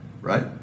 Right